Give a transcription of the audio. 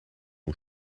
ont